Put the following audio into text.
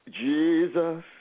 Jesus